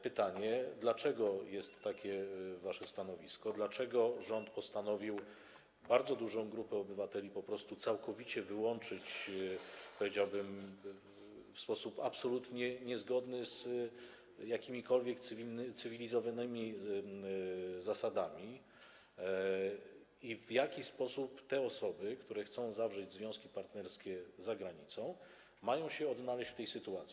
Pytanie, dlaczego takie jest wasze stanowisko, dlaczego rząd postanowił bardzo dużą grupę obywateli po prostu całkowicie wyłączyć, powiedziałbym, w sposób absolutnie niezgodny z jakimikolwiek cywilizowanymi zasadami i w jaki sposób te osoby, które chcą zawrzeć związki partnerskie za granicą, mają się odnaleźć w tej sytuacji.